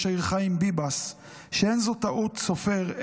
העיר חיים ביבס שאין זו טעות סופר,